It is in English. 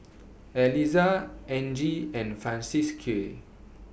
Elizah Angie and Francisqui